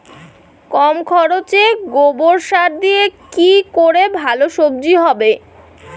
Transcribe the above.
কম খরচে গোবর সার দিয়ে কি করে ভালো সবজি হবে?